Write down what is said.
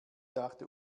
dachte